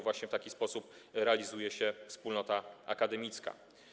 Właśnie w taki sposób realizuje się wspólna akademicka.